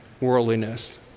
worldliness